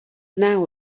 now